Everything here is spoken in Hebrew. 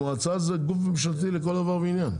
המועצה זה גוף ממשלתי לכל דבר ועניין.